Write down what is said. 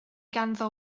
ganddo